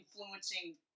influencing